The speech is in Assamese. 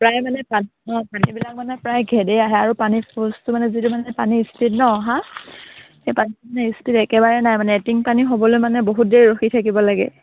প্ৰায় মানে পানী অঁ পানীবিলাক মানে প্ৰায় ঘেদেই আহে আৰু পানী ফৰ্চটো মানে যিটো মানে পানী স্পীড ন অহা সেই পানীটো মানে স্পীড একেবাৰে নাই মানে এটিং পানী হ'বলৈ মানে বহুত দেৰি ৰখি থাকিব লাগে